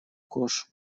кош